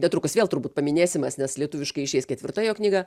netrukus vėl turbūt paminėsimas nes lietuviškai išeis ketvirta jo knyga